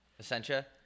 Essentia